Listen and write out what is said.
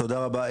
תודה רבה,